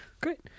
Great